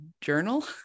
journal